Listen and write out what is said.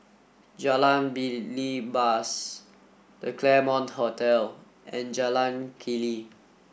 Jalan Belibas The Claremont Hotel and Jalan Keli